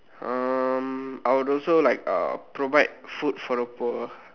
um I would also like uh provide food for the poor